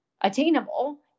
attainable